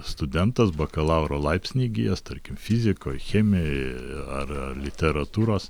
studentas bakalauro laipsnį įgijęs tarkim fizikoj chemijoj ar ar literatūros